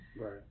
Right